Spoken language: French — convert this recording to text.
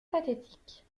pathétique